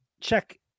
Check